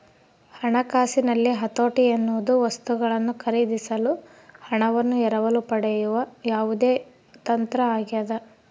ಹಣಕಾಸಿನಲ್ಲಿ ಹತೋಟಿ ಎನ್ನುವುದು ವಸ್ತುಗಳನ್ನು ಖರೀದಿಸಲು ಹಣವನ್ನು ಎರವಲು ಪಡೆಯುವ ಯಾವುದೇ ತಂತ್ರ ಆಗ್ಯದ